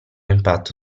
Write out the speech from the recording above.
impatto